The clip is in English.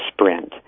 sprint